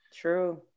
True